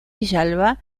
villalba